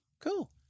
cool